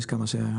יש כמה.